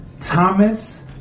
Thomas